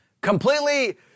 Completely